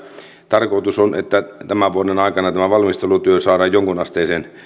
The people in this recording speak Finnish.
tarkoitus on että tämän vuoden aikana tämä valmistelutyö saadaan jonkun asteiseen